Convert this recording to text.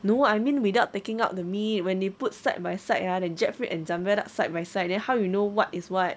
no I mean without picking up with meat when you put side by side ah the jackfruit and cempedak side by side then how you know what is what